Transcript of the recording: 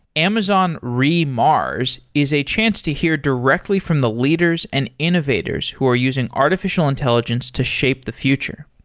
amazon re mars is a chance to hear directly from the leaders and innovators who are using artificial intelligence to shape the future.